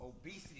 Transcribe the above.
Obesity